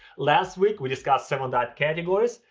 last week we discussed seven diet categories.